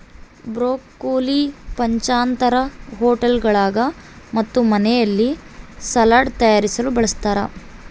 broccoli ಪಂಚತಾರಾ ಹೋಟೆಳ್ಗುಳಾಗ ಮತ್ತು ಮನೆಯಲ್ಲಿ ಸಲಾಡ್ ತಯಾರಿಸಲು ಬಳಸತಾರ